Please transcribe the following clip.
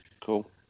Cool